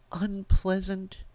unpleasant